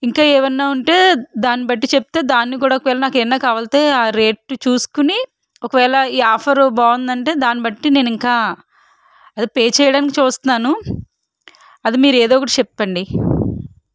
ఇంకా ఏమన్నా ఉంటే దాన్ని బట్టి చెప్తే దాన్ని కూడా ఒకవేళ నాకు ఏమన్నా కావాలిసి వస్తే ఆ రేట్ చూసుకుని ఒకవేళ ఈ ఆఫర్ బాగుంటుంది అంటే దాన్ని బట్టి నేను ఇంకా అది పే చేయడానికి చూస్తున్నాను అది మీరు ఏదో ఒకటి చెప్పండి